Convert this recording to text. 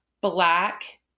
black